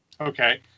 Okay